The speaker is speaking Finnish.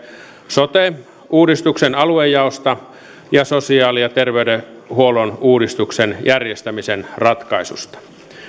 sote uudistuksen aluejaosta ja sosiaali ja terveydenhuollon uudistuksen järjestämisen ratkaisusta